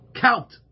count